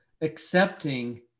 accepting